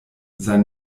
sein